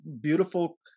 beautiful